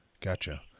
Gotcha